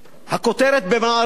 הכותרת ב"מעריב" היתה,